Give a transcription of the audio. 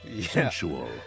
Sensual